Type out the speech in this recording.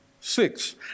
Six